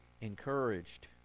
encouraged